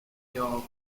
york